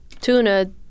Tuna